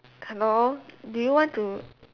hello do you want to